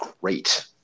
great